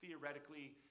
theoretically